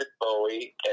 Bowie